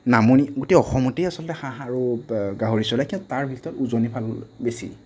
নামনি গোটেই অসমতেই আচলতে হাঁহ আৰু গাহৰি চলে কিন্তু তাৰ ভিতৰত উজনি ফাললৈ বেছি